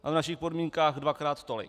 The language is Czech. A v našich podmínkách dvakrát tolik.